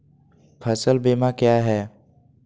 फ़सल बीमा क्या है?